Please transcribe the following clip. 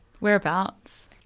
Whereabouts